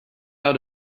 out